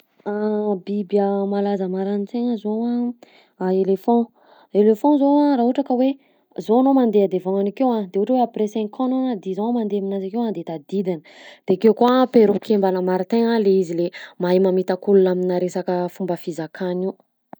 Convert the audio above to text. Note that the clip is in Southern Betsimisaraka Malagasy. Biby malaza maranin-tsaigna zao a: éléphant, éléphant zao a raha ohatra ka hoe zao anao mandeha devant-ny akeo a de ohatra hoe après cinq ans anao na dix ans mandeha aminanjy akeo a de tadidiny, de keo koa perroquet mbanà martaigna le izy le mahay mamitak'olona aminà resaka fomba fizakana io.